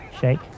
Shake